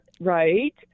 right